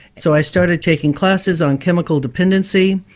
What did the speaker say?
so i started taking classes on chemical dependency,